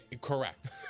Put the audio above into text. correct